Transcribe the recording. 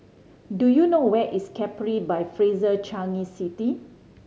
do you know where is Capri by Fraser Changi City